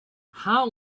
how